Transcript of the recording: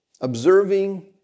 Observing